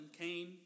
came